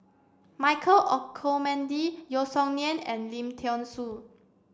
Michael Olcomendy Yeo Song Nian and Lim Thean Soo